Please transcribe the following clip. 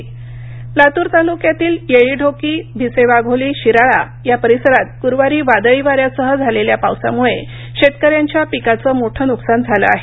लातूर लातूर तालुक्यातील येळी ढोकी भिसेवाघोली शिराळा या परिसरात गुरुवारी वादळी वाऱ्यासह झालेल्या पावसामुळे शेतकऱ्यांच्या पिकाचं मोठं नुकसान झालं आहे